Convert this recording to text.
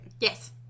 Yes